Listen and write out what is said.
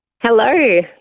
Hello